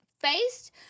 faced